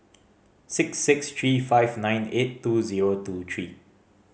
six six three five nine eight two zero two three